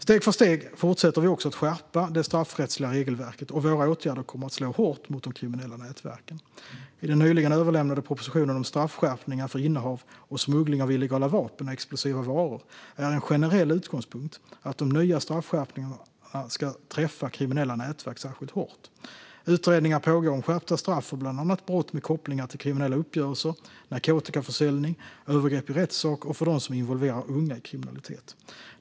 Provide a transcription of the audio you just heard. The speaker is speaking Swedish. Steg för steg fortsätter vi också att skärpa det straffrättsliga regelverket, och våra åtgärder kommer att slå hårt mot de kriminella nätverken. I den nyligen överlämnade propositionen om straffskärpningar för innehav och smuggling av illegala vapen och explosiva varor är en generell utgångspunkt att de nya straffskärpningarna ska träffa kriminella nätverk särskilt hårt. Utredningar pågår om skärpta straff för bland annat brott med kopplingar till kriminella uppgörelser, narkotikaförsäljning och övergrepp i rättssak och för dem som involverar unga i kriminalitet.